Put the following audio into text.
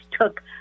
took